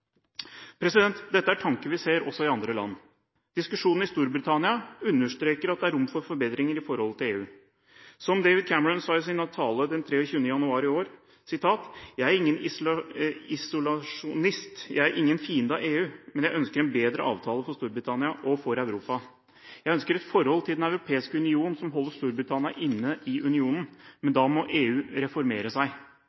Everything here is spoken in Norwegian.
Dette er tanker vi ser også i andre land. Diskusjonen i Storbritannia understreker at det er rom for forbedringer i forholdet til EU. Som David Cameron sa i sin tale den 23. januar i år: Jeg er ingen isolasjonist. Jeg er ingen fiende av EU. Men jeg ønsker en bedre avtale for Storbritannia og for Europa. Jeg ønsker et forhold til Den europeiske union som holder Storbritannia inne i unionen, men